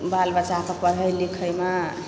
बाल बच्चाकेँ पढ़य लिखयमे